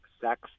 sex